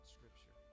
Scripture